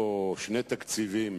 תקציב, או שני תקציבים,